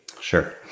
sure